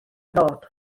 ddod